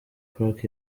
park